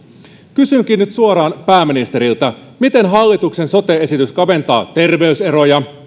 kysynkin nyt suoraan pääministeriltä miten hallituksen sote esitys kaventaa terveys eroja